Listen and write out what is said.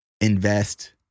invest